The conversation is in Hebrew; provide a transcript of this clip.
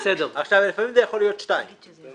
רציני ועם רצון